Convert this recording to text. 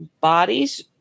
bodies